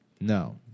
No